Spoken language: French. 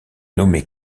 nommé